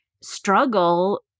struggle